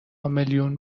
میلیون